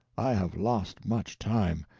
i have lost much time,